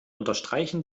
unterstreichen